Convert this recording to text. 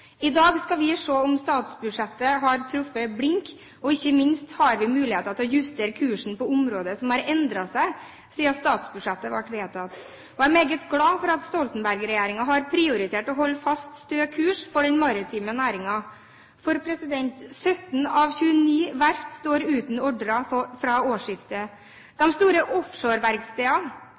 I dag skal vi se om statsbudsjettet har truffet blink, og ikke minst har vi muligheten til å justere kursen på områder som har endret seg siden statsbudsjettet ble vedtatt. Jeg er meget glad for at Stoltenberg-regjeringen har prioritert å holde en fast, stø kurs for den maritime næringen, for 17 av 29 verft står uten ordrer fra årsskiftet. De store offshoreverkstedene